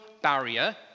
barrier